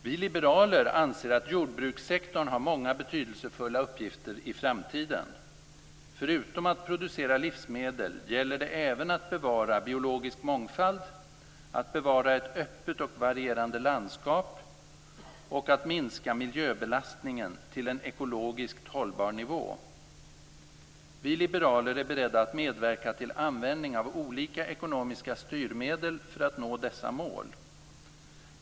Vi liberaler anser att jordbrukssektorn har många betydelsefulla uppgifter i framtiden. Förutom att producera livsmedel gäller det även att bevara biologisk mångfald, att bevara ett öppet och varierande landskap och att minska miljöbelastningen till en ekologiskt hållbar nivå. Vi liberaler är beredda att medverka till användning av olika ekonomiska styrmedel för att nå dessa mål.